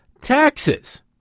taxes